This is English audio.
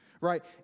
right